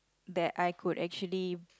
that I could actually